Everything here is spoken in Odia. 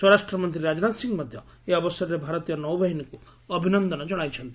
ସ୍ୱରାଷ୍ଟ୍ରମନ୍ତ୍ରୀ ରାଜନାଥ ସିଂ ମଧ୍ୟ ଏହି ଅବସରରେ ଭାରତୀୟ ନୌବାହିନୀକୁ ଅଭିନନ୍ଦନ କଣାଇଛନ୍ତି